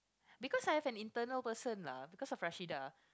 because I have an internal person lah because of Rashidah